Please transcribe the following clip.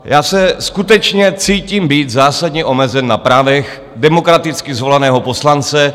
Já se skutečně cítím být zásadně omezen na právech demokraticky zvoleného poslance.